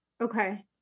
Okay